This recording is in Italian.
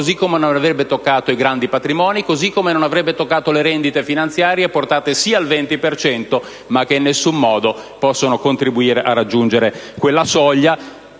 loro, come non avrebbe toccato i grandi patrimoni, così come non avrebbe toccato le rendite finanziarie, portate sì al 20 per cento, ma che in nessun modo possono contribuire a raggiungere quella soglia